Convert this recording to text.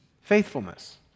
faithfulness